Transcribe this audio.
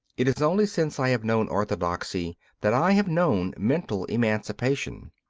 it is only since i have known orthodoxy that i have known mental emancipation.